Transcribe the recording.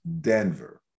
Denver